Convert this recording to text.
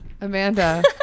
amanda